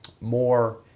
more